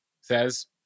says